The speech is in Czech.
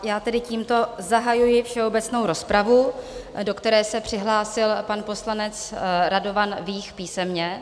Já tedy tímto zahajuji všeobecnou rozpravu, do které se přihlásil pan poslanec Radovan Vích písemně.